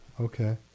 Okay